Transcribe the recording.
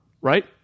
Right